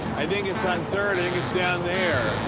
i think it's on third. i think it's down there.